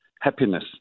happiness